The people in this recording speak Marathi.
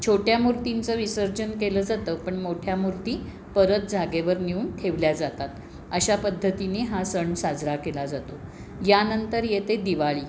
छोट्या मूर्तींचं विसर्जन केलं जातं पण मोठ्या मूर्ती परत जागेवर नेऊन ठेवल्या जातात अशा पद्धतीने हा सण साजरा केला जातो यानंतर येते दिवाळी